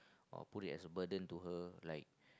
or put it as a burden to her like